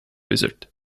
wizard